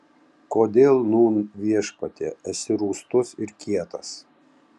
kodėl nūn viešpatie esi rūstus ir kietas